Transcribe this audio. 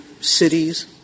cities